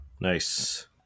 Nice